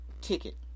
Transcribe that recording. ticket